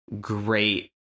great